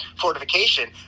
fortification